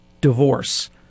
Divorce